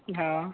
हँ